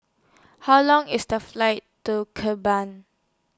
How Long IS The Flight to